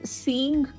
seeing